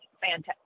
fantastic